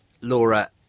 Laura